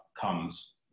comes